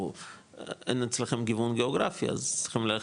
כי אין אצלכם גיוון גאוגרפי אז צריכים ללכת